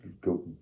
go